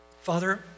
Father